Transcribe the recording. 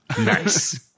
Nice